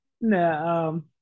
no